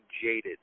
jaded